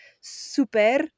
super